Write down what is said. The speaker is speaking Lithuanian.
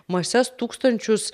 mases tūkstančius